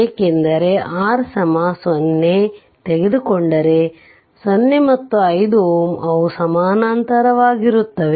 ಏಕೆಂದರೆ R 0 ತೆಗೆದುಕೊಂಡರೆ 0 ಮತ್ತು 5 Ω ಅವು ಸಮಾನಾಂತರವಾಗಿರುತ್ತವೆ